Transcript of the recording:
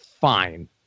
fine